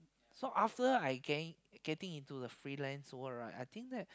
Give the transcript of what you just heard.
so after I getting into freelance work right I think that